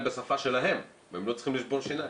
בשפה שלהם והם לא צריכים לשבור שיניים.